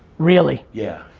really? yeah,